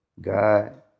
God